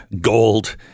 gold